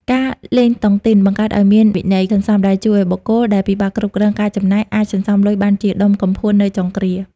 ការលេងតុងទីនបង្កើតឱ្យមាន "វិន័យសន្សំ" ដែលជួយឱ្យបុគ្គលដែលពិបាកគ្រប់គ្រងការចំណាយ អាចសន្សំលុយបានជាដុំកំភួននៅចុងគ្រា។